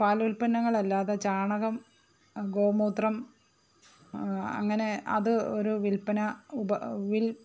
പാലുൽപന്നങ്ങൾ അല്ലാതെ ചാണകം ഗോമൂത്രം അങ്ങനെ അത് ഒരു വിൽപ്പന ഉപ വിൽപന